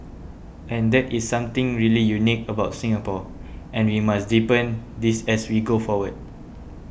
and that is something really unique about Singapore and we must deepen this as we go forward